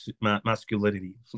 masculinity